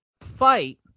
fight